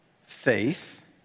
faith